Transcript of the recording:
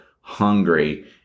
hungry